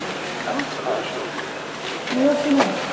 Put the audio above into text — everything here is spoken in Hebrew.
אה, סולומון.